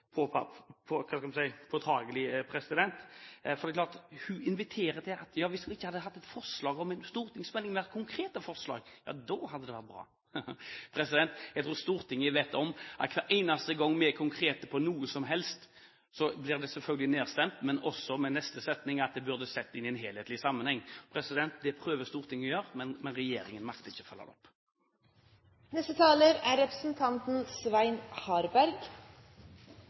Hun mener at hvis vi ikke hadde foreslått en stortingsmelding, men hadde hatt konkrete forslag, ja, da hadde det vært bra! Jeg tror Stortinget vet at hver eneste gang vi er konkrete på noe som helst, så blir det – i tillegg til selvfølgelig å bli nedstemt – sagt i neste setning at det bør settes inn i en helhetlig sammenheng. Det prøver Stortinget å gjøre, men regjeringen makter ikke å følge det opp.